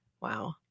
Wow